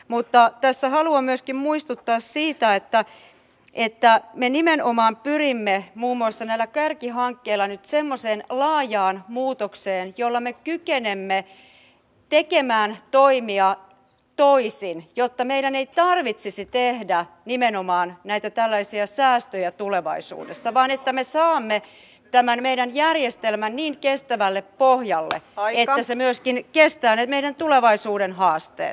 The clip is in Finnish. mutta tässä haluan myöskin muistuttaa siitä että me nimenomaan pyrimme muun muassa näillä kärkihankkeilla nyt semmoiseen laajaan muutokseen jolla me kykenemme tekemään toimia toisin jotta meidän ei tarvitsisi tehdä nimenomaan näitä tällaisia säästöjä tulevaisuudessa vaan me saamme tämän meidän järjestelmän niin kestävälle pohjalle että se myöskin kestää ne meidän tulevaisuuden haasteet